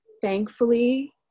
Thankfully